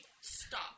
Stop